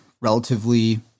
relatively